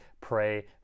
pray